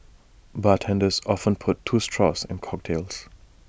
bartenders often put two straws in cocktails